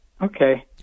Okay